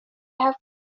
have